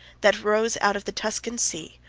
that arose out of the tuscan sea,